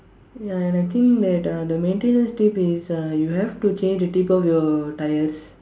ya and I think that uh the maintenance tip is uh you have to change the tip of your tyres